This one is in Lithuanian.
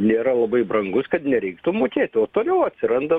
nėra labai brangus kad nereiktų mokėt o toliau atsiranda